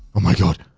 oh my god,